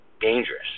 dangerous